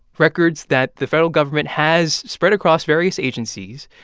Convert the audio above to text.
records that the federal government has spread across various agencies.